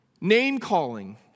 Name-calling